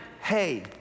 hey